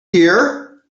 here